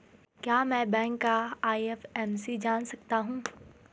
क्या मैं बैंक का आई.एफ.एम.सी जान सकता हूँ?